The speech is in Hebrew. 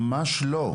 ממש לא.